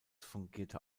fungierte